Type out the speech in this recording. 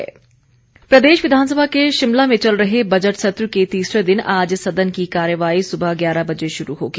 विधानसभा प्रदेश विधानसभा के शिमला में चल रहे बजट सत्र के तीसरे दिन आज सदन की कार्यवाही सुबह ग्यारह बजे शुरू होगी